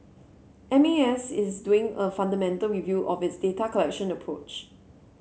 M A S is doing a fundamental review of its data collection approach